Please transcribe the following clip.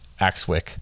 Axwick